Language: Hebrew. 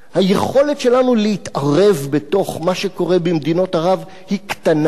היכולת שלנו להתערב בתוך מה שקורה במדינות ערב היא קטנה,